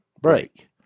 break